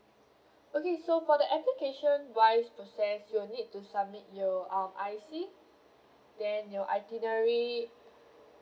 okay so for the application wise process you'll need to submit your um I_C then your itinerary